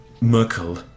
Merkel